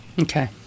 Okay